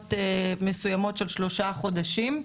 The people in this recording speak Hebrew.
בתקופת מסוימות של שלושה חודשים,